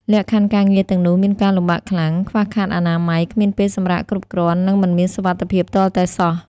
លក្ខខណ្ឌការងារទាំងនោះមានការលំបាកខ្លាំង ខ្វះខាតអនាម័យ គ្មានពេលសម្រាកគ្រប់គ្រាន់ និងមិនមានសុវត្ថិភាពទាល់តែសោះ។